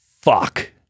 fuck